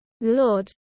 Lord